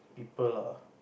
people lah